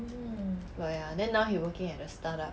oh ya then now he working at a start-up